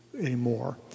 anymore